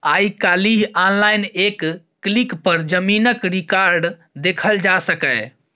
आइ काल्हि आनलाइन एक क्लिक पर जमीनक रिकॉर्ड देखल जा सकैए